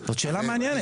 זאת שאלה מעניינת.